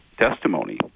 testimony